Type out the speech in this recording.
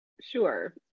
Sure